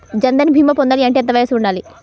జన్ధన్ భీమా పొందాలి అంటే ఎంత వయసు ఉండాలి?